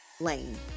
Lane